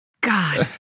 god